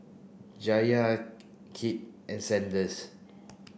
Jaliyah Kit and Sanders